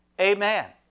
Amen